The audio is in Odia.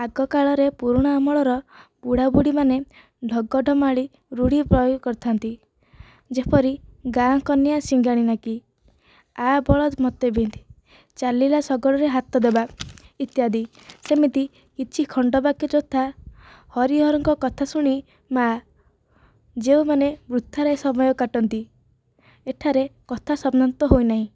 ଆଗ କାଳରେ ପୁରୁଣା ଅମଳର ବୁଢ଼ାବୁଢ଼ୀମାନେ ଢଗଢ଼ମାଳି ରୂଢ଼ି ପ୍ରୟୋଗ କରିଥାନ୍ତି ଯେପରି ଗାଁ କନିଆଁ ସିଂଘାଣି ନାକି ଆ ବଳଦ ମୋତେ ବିନ୍ଧ ଚାଲିଲା ଶଗଡ଼ରେ ହାତ ଦେବା ଇତ୍ୟାଦି ସେମିତି କିଛି ଖଣ୍ଡାବାକ୍ୟ ଯଥା ହରିହରଙ୍କ କଥା ଶୁଣି ମା' ଯେଉଁମାନେ ବୃଥାରେ ସମୟ କାଟନ୍ତି ଏଠାରେ କଥା ସମାପ୍ତ ହୋଇନାହିଁ